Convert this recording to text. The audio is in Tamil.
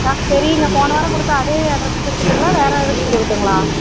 ஆ சரி நான் போன வாரம் கொடுத்த அதே அட்ரெஸ் கொடுக்குட்டுங்களா வேறு இதுக்கு கொடுக்குட்டுங்களா